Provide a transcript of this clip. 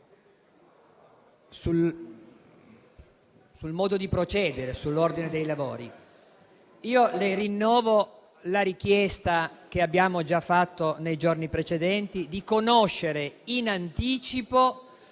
sul modo di procedere dei lavori, rinnovandole la richiesta che abbiamo già fatto nei giorni precedenti, di conoscere in anticipo